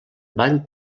van